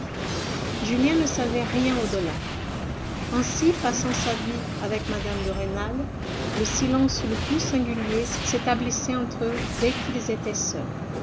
julien ne savait rien au-delà ainsi passant sa vie avec mme de rênal le silence le plus singulier s'établissait entre eux dès qu'ils étaient seuls